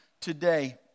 today